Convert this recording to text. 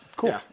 Cool